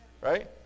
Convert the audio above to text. right